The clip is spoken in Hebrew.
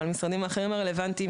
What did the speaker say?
אבל המשרדים האחרים הרלוונטיים,